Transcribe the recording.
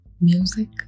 music